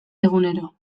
egunero